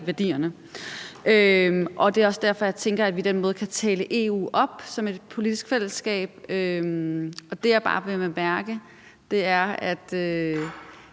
værdierne. Det er også derfor, jeg tænker, at vi på den måde kan tale EU op som et politisk fællesskab. Og det, jeg bare vil bemærke, er, at